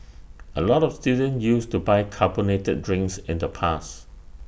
A lot of students used to buy carbonated drinks in the past